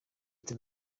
ati